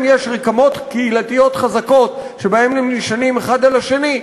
יש רקמות קהילתיות חזקות שבהן הם נשענים אחד על השני,